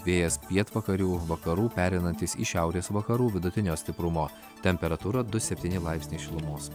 vėjas pietvakarių vakarų pereinantis į šiaurės vakarų vidutinio stiprumo temperatūra du septyni laipsniai šilumos